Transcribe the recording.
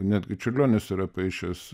netgi čiurlionis yra paišęs